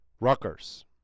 Rutgers